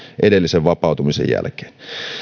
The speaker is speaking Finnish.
edellisen vapautumisen jälkeen